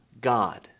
God